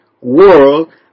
world